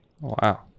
Wow